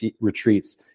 retreats